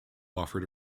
offered